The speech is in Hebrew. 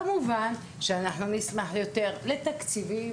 כמובן שנשמח ליותר תקציבים